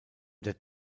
der